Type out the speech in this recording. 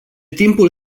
timpul